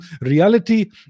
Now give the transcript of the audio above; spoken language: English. reality